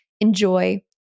enjoy